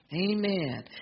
Amen